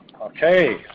Okay